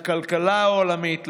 לכלכלה העולמית,